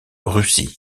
russie